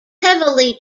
heavily